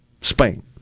Spain